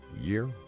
year